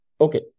Okay